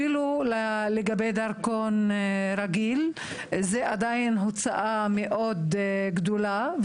אפילו לגבי דרכון רגיל זו עדיין הוצאה מאוד גדולה.